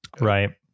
Right